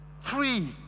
three